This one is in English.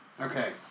Okay